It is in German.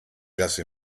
lasse